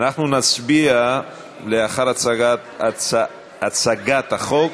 אנחנו נצביע לאחר הצגת החוק